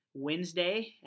Wednesday